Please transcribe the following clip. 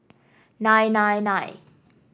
nine nine nine